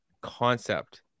concept